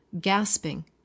gasping